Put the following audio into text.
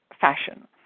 fashion